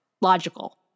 logical